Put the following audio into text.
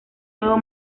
nuevo